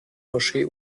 moschee